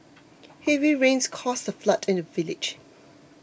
heavy rains caused a flood in the village